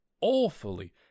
awfully